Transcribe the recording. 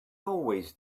always